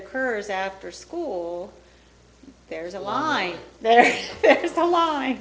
occurs after school there's a line there